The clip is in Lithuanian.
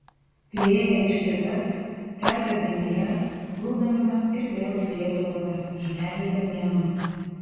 priėję aikšteles perbėgdami jas guldavome ir vėl slėpdavomės už medžių kamienų